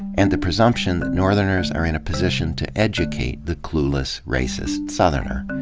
and the presumption that northerners are in a position to educate the clueless, racist southerner.